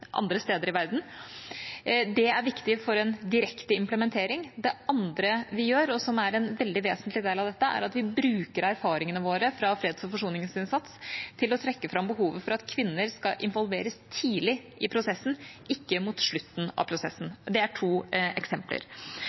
andre steder i verden. Det er viktig for en direkte implementering. Det andre vi gjør, og som er en veldig vesentlig del av dette, er at vi bruker erfaringene våre fra freds- og forsoningsinnsats til å trekke fram behovet for at kvinner skal involveres tidlig i prosessen, ikke mot slutten av prosessen. Det er to eksempler.